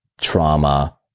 trauma